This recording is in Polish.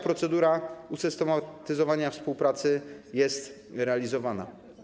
Procedura usystematyzowania współpracy jest realizowana.